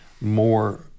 more